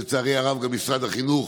לצערי הרב, משרד החינוך